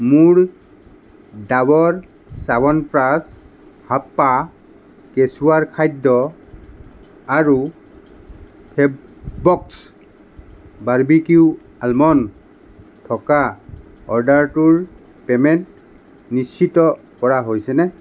মোৰ ডাৱৰ চাৱনপ্ৰাচ হাপ্পা কেচুৱাৰ খাদ্য আৰু ফেববক্স বাৰ্বিকিউ আলমণ্ড থকা অৰ্ডাৰটোৰ পে'মেণ্ট নিশ্চিত কৰা হৈছেনে